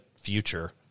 future